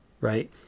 right